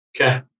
Okay